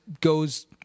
goes